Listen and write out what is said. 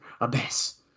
Abyss